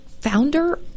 founder